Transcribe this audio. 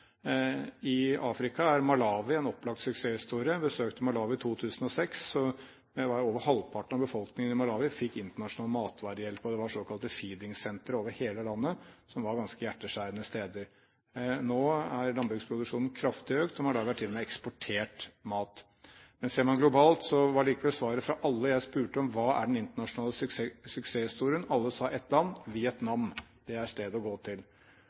I Afrika er Malawi en opplagt suksesshistorie. Jeg besøkte Malawi i 2006. Over halvparten av befolkningen i Malawi fikk internasjonal matvarehjelp, og det var såkalte feeding-sentre over hele landet, som var ganske hjerteskjærende steder. Nå har landbruksproduksjonen økt kraftig, og Malawi har til og med eksportert mat. Men ser man globalt, var likevel svaret fra alle jeg spurte om hva som er den internasjonale suksesshistorien, ett land: Vietnam. Det er stedet å gå til.